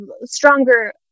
stronger